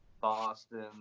Boston